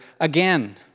again